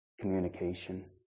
communication